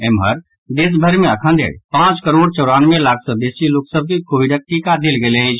एम्हर देशभरि मे अखन धरि पांच करोड़ चौरानवे लाख सॅ बेसी लोक सभ के कोविडक टीका देल गेल अछि